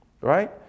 right